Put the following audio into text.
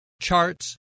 charts